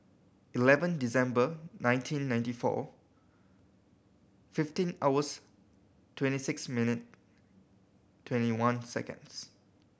eleven December nineteen ninety four fifteen hours twenty six minute twenty one seconds